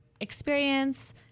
experience